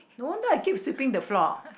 don't tell I keep sweeping the floor